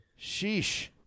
sheesh